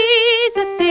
Jesus